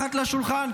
מתחת לשולחן,